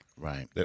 Right